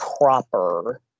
proper